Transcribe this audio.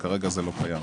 אבל כרגע זה לא קיים.